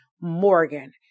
Morgan